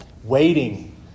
waiting